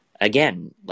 Again